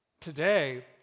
today